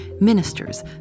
ministers